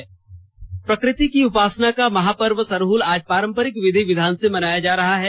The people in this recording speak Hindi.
सरहल प्रकृति की उपासना का महापर्व सरहल आज पारंपरिक विधि विधान से मनाया जा रहा है